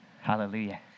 Hallelujah